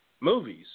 movies